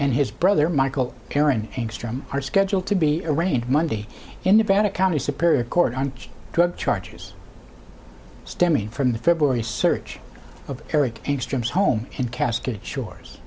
and his brother michael kiran angstrom are scheduled to be arraigned monday in nevada county superior court on drug charges stemming from the february search of eric extreme's home in cascade shores